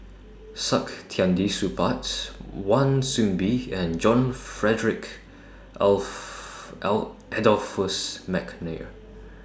Saktiandi Supaat's Wan Soon Bee and John Frederick of L Adolphus Mcnair